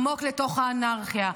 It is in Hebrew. עמוק לתוך האנרכיה,